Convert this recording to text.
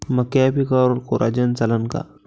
मक्याच्या पिकावर कोराजेन चालन का?